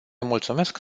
mulțumesc